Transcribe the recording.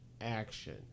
action